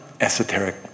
esoteric